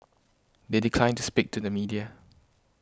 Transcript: they declined to speak to the media